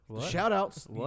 Shout-outs